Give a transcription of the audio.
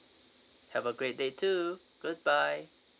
have a great day too goodbye